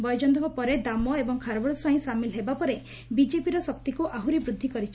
ବୈଜୟନ୍ତଙ୍କ ପରେ ଦାମ ଏବଂ ଖାରବେଳ ସ୍ୱାଇଁ ସାମିଲ ହେବା ପରେ ବିଜେପିର ଶକ୍ତିକୁ ଆହୁରି ବୃଦ୍ଧି କରିଛି